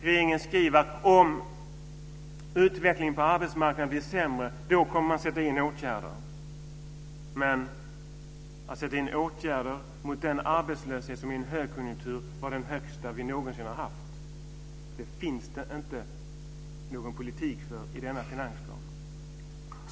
Regeringen skriver att om utvecklingen på arbetsmarknaden blir sämre kommer man att sätta in åtgärder. Det gäller då åtgärder mot en arbetslöshet som är den högsta som vi någonsin har haft i en högkonjunktur. Det finns inte någon politik för detta i den här finansplanen.